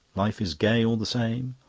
life is gay all the same,